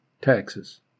taxes